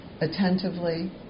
attentively